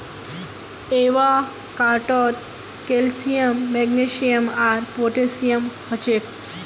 एवोकाडोत calcium magnesium आर potassium हछेक